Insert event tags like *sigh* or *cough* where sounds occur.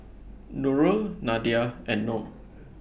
Nurul Nadia and Noh *noise*